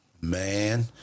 Man